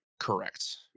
Correct